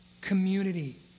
community